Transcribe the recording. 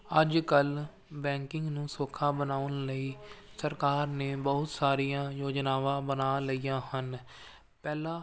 ਅੱਜ ਕੱਲ੍ਹ ਬੈਂਕਿੰਗ ਨੂੰ ਸੌਖਾ ਬਣਾਉਣ ਲਈ ਸਰਕਾਰ ਨੇ ਬਹੁਤ ਸਾਰੀਆਂ ਯੋਜਨਾਵਾਂ ਬਣਾ ਲਈਆਂ ਹਨ ਪਹਿਲਾਂ